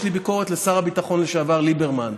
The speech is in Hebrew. יש לי ביקורת על שר הביטחון לשעבר ליברמן.